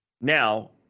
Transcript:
Now